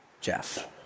Jeff